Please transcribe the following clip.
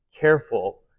careful